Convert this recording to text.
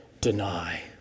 deny